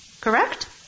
Correct